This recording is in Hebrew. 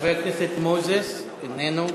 חבר הכנסת מוזס, איננו,